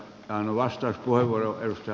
arvoisa herra puhemies